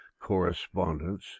correspondence